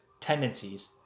tendencies